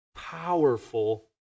Powerful